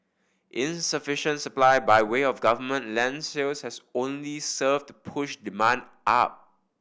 insufficient supply by way of government land sales has only served to push demand up